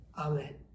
Amen